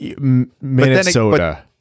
Minnesota